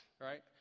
right